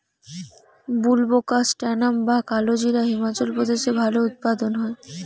বুলবোকাস্ট্যানাম বা কালোজিরা হিমাচল প্রদেশে ভালো উৎপাদন হয়